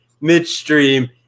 midstream